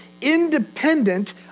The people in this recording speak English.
independent